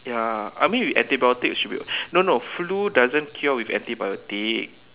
ya I mean with antibiotics should be no no flu doesn't cure with antibiotic